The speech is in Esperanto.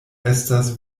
estas